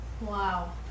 Wow